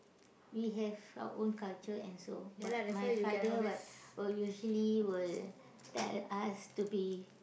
we have our own culture and so but my father will like wille usually will tell us to be